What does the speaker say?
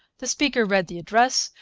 the speaker read the address,